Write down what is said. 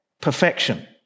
perfection